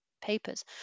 Papers